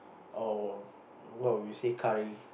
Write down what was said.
our what we say curry